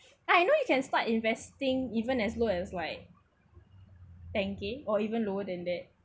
I know you can start investing even as low as like ten k or even lower than that